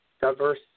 diverse